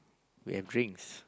we have drinks